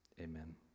amen